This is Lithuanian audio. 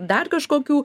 dar kažkokių